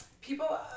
people